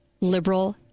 liberal